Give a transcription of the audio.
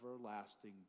everlasting